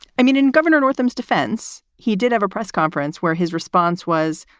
i mean, in governor northam's defense, he did have a press conference where his response was,